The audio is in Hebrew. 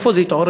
איפה זה התעורר?